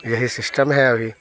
यही सिस्टम है अभी